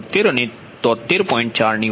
76 અને 73